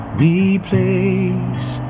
replace